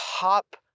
top